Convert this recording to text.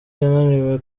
yananiwe